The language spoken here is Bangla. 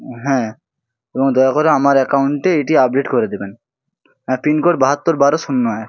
হ্যাঁ এবং দয়া করে আমার অ্যাকাউন্টে এটি আপডেট করে দিবেন হ্যাঁ পিন কোড বাহাত্তর বারো শূন্য এক